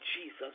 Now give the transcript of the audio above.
Jesus